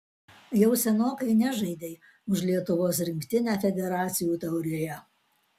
jau senokai nežaidei už lietuvos rinktinę federacijų taurėje